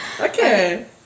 Okay